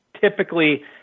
typically